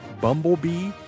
Bumblebee